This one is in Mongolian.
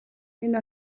энэ